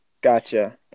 Gotcha